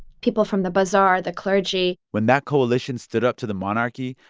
people from the bazaar, the clergy when that coalition stood up to the monarchy,